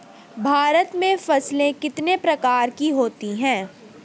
भारत में फसलें कितने प्रकार की होती हैं?